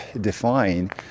define